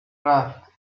رفت